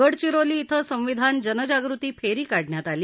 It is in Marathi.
गडचिरोली इथं संविधान जनजागृती फेरी काढण्यात आली